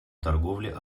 торговле